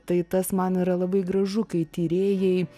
tai tas man yra labai gražu kai tyrėjai